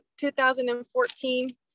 2014